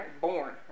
born